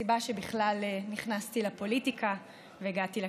הסיבה שבכלל נכנסתי לפוליטיקה והגעתי לכנסת.